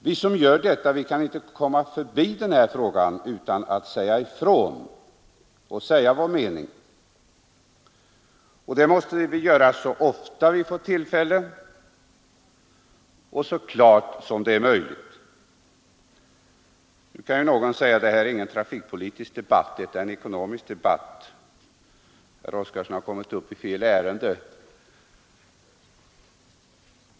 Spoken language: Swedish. Vi som gör detta kan inte komma förbi denna fråga utan att säga vår mening, och det måste vi göra så snart vi får tillfälle och så klart uttryckt som det är möjligt. Nu kan någon invända att detta inte är en trafikpolitisk debatt utan en ekonomisk debatt. Herr Oskarson har kommit upp i fel ärende.